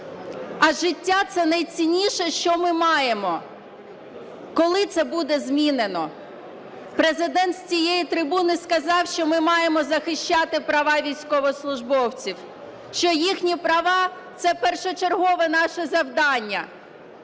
а життя – це найцінніше, що ми маємо. Коли це буде змінено? Президент з цієї трибуни сказав, що ми маємо захищати права військовослужбовців, що їхні права – це першочергове наше завдання.